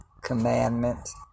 commandments